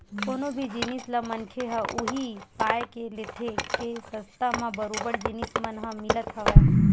कोनो भी जिनिस ल मनखे ह उही पाय के लेथे के सस्ता म बरोबर जिनिस मन ह मिलत हवय